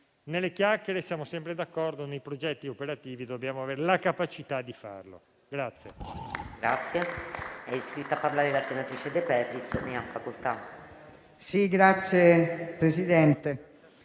Nelle chiacchiere siamo sempre d'accordo, nei progetti operativi dobbiamo avere la capacità di farlo.